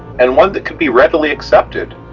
and one that could be readily accepted,